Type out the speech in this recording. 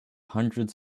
hundreds